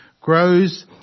grows